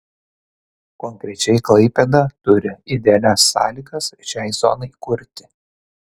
konkrečiai klaipėda turi idealias sąlygas šiai zonai kurti